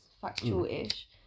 factual-ish